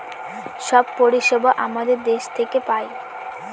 সব পরিষেবা আমাদের দেশ থেকে পায়